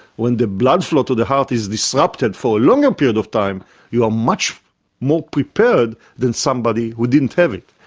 when the blood flow to the heart is disrupted for a longer period of time you are much more prepared than somebody who didn't have it.